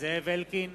זאב אלקין,